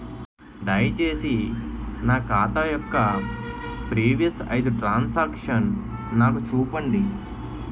దయచేసి నా ఖాతా యొక్క ప్రీవియస్ ఐదు ట్రాన్ సాంక్షన్ నాకు చూపండి